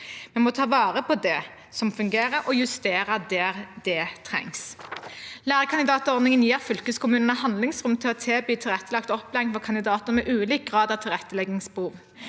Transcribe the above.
Vi må ta vare på det som fungerer, og justere der det trengs. Lærekandidatordningen gir fylkeskommunene handlingsrom til å tilby tilrettelagt opplæring for kandidater med ulik grad av tilretteleggingsbehov.